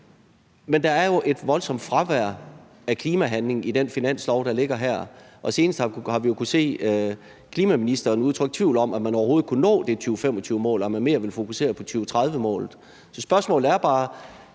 Men der er et voldsomt fravær af klimahandling i det finanslovsforslag, der ligger her, og senest har vi kunnet se klimaministeren udtrykke tvivl om, om man overhovedet kunne nå det 2025-mål, og at man mere vil fokusere på 2030-målet. Så spørgsmålet er bare,